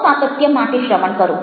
અસાતત્ય માટે શ્રવણ કરો